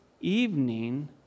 evening